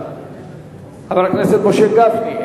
חבר הכנסת משה גפני,